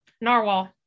Narwhal